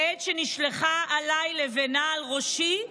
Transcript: בעת שנשלחה עליי לבנה על ראשי.